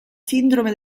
sindrome